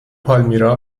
پالمیرا